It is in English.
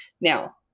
Now